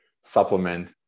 supplement